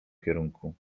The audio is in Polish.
kierunku